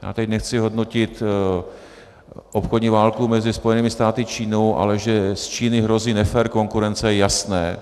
Já teď nechci hodnotit obchodní válku mezi Spojenými státy a Čínou, ale že z Číny hrozí nefér konkurence, je jasné.